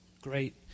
Great